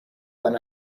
when